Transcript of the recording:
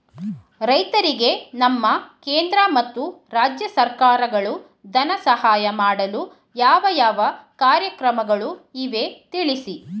ರೈತರಿಗೆ ನಮ್ಮ ಕೇಂದ್ರ ಮತ್ತು ರಾಜ್ಯ ಸರ್ಕಾರಗಳು ಧನ ಸಹಾಯ ಮಾಡಲು ಯಾವ ಯಾವ ಕಾರ್ಯಕ್ರಮಗಳು ಇವೆ ತಿಳಿಸಿ?